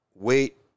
Wait